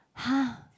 [huh]